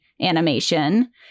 animation